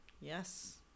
yes